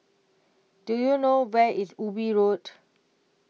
Do YOU know Where IS Ubi Road